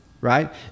right